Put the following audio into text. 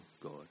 God